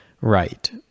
right